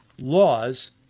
laws